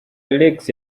alexis